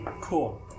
Cool